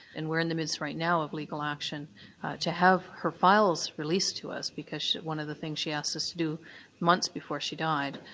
and we're in the midst right now of legal action to have her files released to us, because one of the things she asked us to do months before she died,